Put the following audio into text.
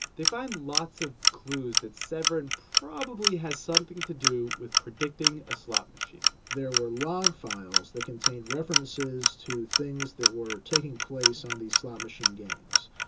they find lots of clues that severin probably has something to do with predicting a slot machine there were log files that contained references to things that were taking place on these slot machine games,